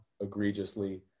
egregiously